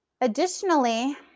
Additionally